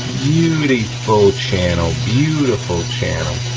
beautiful channel, beautiful channel.